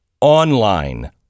online